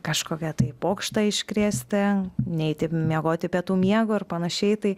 kažkokią tai pokštą iškrėsti neiti miegoti pietų miego ir panašiai tai